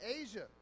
Asia